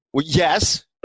Yes